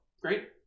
Great